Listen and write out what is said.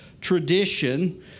tradition